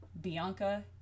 Bianca